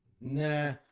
Nah